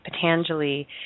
Patanjali